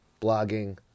blogging